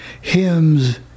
hymns